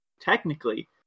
Technically